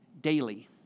daily